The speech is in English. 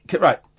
Right